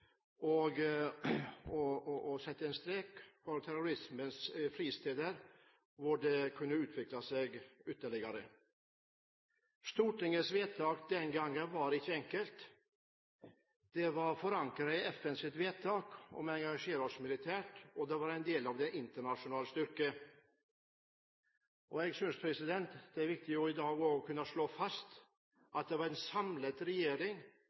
viktig å sette en strek for terrorismens fristed, der den kunne utvikle seg ytterligere. Stortingets vedtak den gangen var ikke enkelt. Det var forankret i FNs vedtak om å engasjere oss militært og være en del av den internasjonale styrken. Jeg synes det er viktig i dag å kunne slå fast at det var en samlet regjering – og i dag et samlet